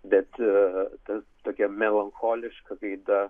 bet tas tokia melancholiška gaida